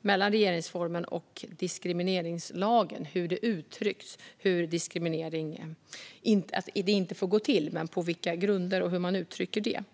mellan regeringsformen och diskrimineringslagen när det gäller hur diskriminering uttrycks - hur det inte får gå till, på vilka grunder och hur man uttrycker det.